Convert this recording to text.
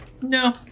No